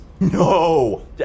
No